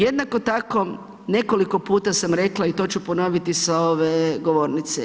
Jednako tako, nekoliko puta sam rekla i to ću ponoviti sa ove govornice.